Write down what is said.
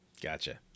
Gotcha